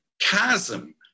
chasm